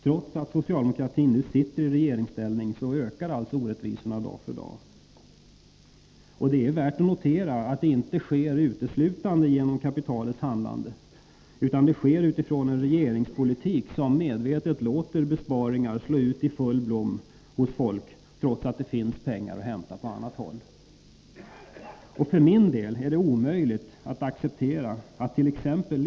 Trots att socialdemokratin nu sitter i regeringsställning ökar orättvisorna dag för dag. Det är värt att notera att detta inte sker uteslutande genom kapitalets handlande. Det sker utifrån en regeringspolitik som medvetet låter besparingar slå ut i full blom hos folk, trots att det finns pengar att hämta på annat håll. För min del är det omöjligt att acceptera attt.ex.